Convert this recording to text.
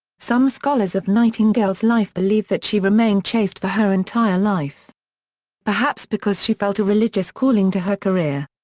some scholars of nightingale's life believe that she remained chaste for her entire life perhaps because she felt a religious calling to her career.